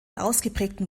ausgeprägten